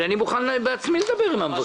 אני מוכן בעצמי לדבר עם המבקר.